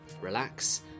relax